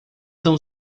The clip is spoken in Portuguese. são